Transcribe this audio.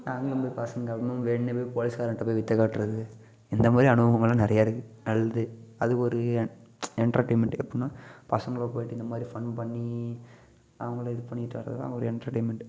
நாங்கள் போய் பசங்க வேணுனே போய் போலீஸ்காரன்கிட்ட போய் வித்தை காட்டுறது இந்த மாதிரி அனுபவமெல்லாம் நிறைய இருக்கு அது ஒரு எண்டர்டெயின்மெண்டு எப்பின்னா பசங்களோட போயிட்டு இந்த மாதிரி ஃபன் பண்ணி அவங்களோட இது பண்ணிட்டு வரதுலாம் ஒரு எண்டர்டெயின்மெண்டு